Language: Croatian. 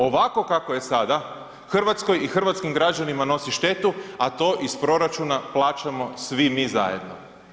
Ovako kako je sada Hrvatskoj i hrvatskim građanima nosi štetu, a to iz proračuna plaćamo svi mi zajedno.